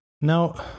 now